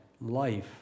life